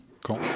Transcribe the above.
Quand